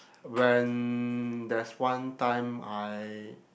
when there's one time I